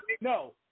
No